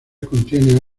contiene